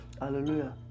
Hallelujah